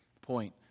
point